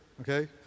okay